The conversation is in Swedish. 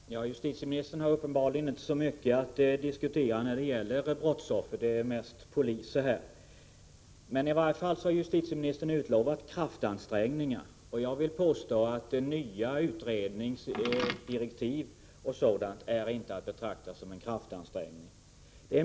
Herr talman! Justitieministern har uppenbarligen inte så mycket att säga när det gäller brottsoffren — hans inlägg handlar mest om poliser. Men justitieministern har i varje fall utlovat kraftansträngningar. Jag vill påstå att nya utredningsdirektiv och liknande inte är att betrakta som kraftansträngningar.